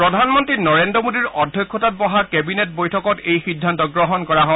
প্ৰধানমন্ত্ৰী নৰেন্দ্ৰ মোদীৰ অধ্যক্ষতাত বহা কেবিনেট বৈঠকত এই সিদ্ধান্ত গ্ৰহণ কৰা হয়